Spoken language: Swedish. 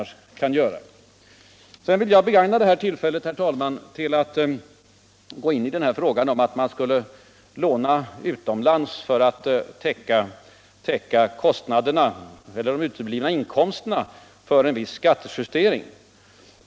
Sedan vill jag begagnu tillfället, herr taälman, ar gå in på frågan om att låna utomlands för att täcka de uteblivna inkomster som blir följden av skattejusteringar.